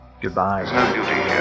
goodbye